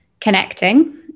connecting